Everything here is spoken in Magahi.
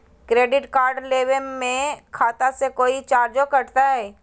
क्रेडिट कार्ड लेवे में खाता से कोई चार्जो कटतई?